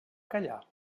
callar